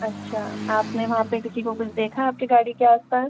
अच्छा आपने वहाँ पर किसी को कुछ देखा आपकी गाड़ी के आसपास